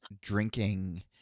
drinking